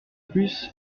plus